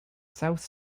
south